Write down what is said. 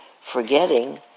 forgetting